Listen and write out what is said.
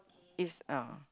is ah